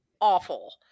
awful